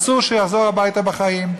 אסור שיחזור הביתה בחיים.